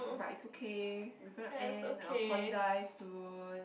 but it's okay we gonna end our poly life soon